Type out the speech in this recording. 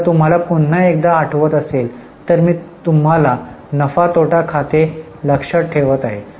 जर तुम्हाला पुन्हा एकदा आठवत असेल तर मी तुम्हाला नफा तोटा खाते लक्षात ठेवत आहे